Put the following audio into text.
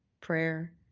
prayer